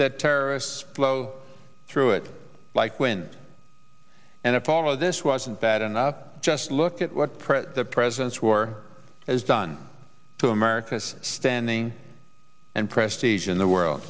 that terrorists blow through it like when and if all of this wasn't bad enough just look at what pressure the president's war is done to america's standing and prestige in the world